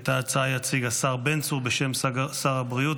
את ההצעה יציג השר בן צור בשם שר הבריאות,